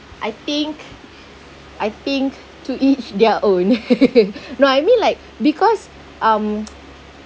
I think I think to each their own no I mean like because um